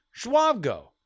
Schwabgo